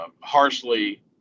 harshly